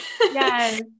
Yes